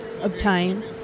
obtain